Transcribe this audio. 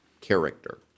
character